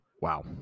Wow